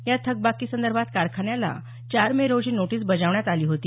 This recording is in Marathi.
या थकबाकीसंदर्भात कारखान्याला चार मे रोजी नोटीस बजावण्यात आली होती